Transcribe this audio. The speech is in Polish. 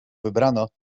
wybrano